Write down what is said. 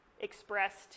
expressed